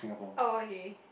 oh okay